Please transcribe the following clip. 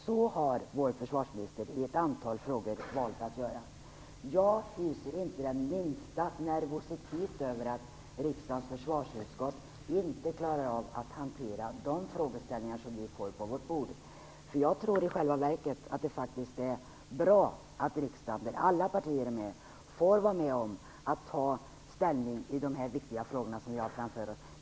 Så har vår försvarsminister i ett antal frågor valt att göra. Jag hyser inte den minsta nervositet över att riksdagens försvarsutskott inte klarar av att hantera de frågor som vi får på vårt bord. Jag tror i själva verket att det faktiskt är bra att riksdagens alla partier får vara med om att ta ställning i dessa viktiga frågor som vi har framför oss.